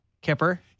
Kipper